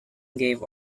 gave